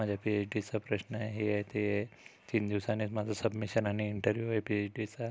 माझ्या पीएच डीचा प्रश्न आहे हे आहे ते आहे तीन दिवसांनीच माझं सबमिशन आणि इंटरव्यू आहे पीएच डीचा